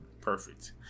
perfect